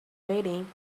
waiting